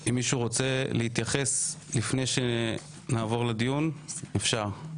אם מישהו רוצה להתייחס לפני שנעבור לדיון, אפשר.